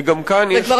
וגם כאן יש מקום לפעולה,